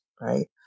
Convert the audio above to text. right